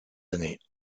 années